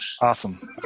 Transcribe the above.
Awesome